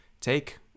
take